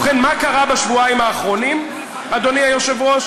ובכן, מה קרה בשבועיים האחרונים, אדוני היושב-ראש?